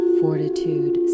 fortitude